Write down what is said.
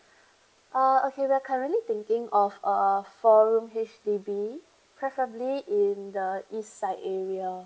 uh okay we are currently thinking of a four room H_D_B preferably in the east side area